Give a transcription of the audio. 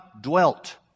dwelt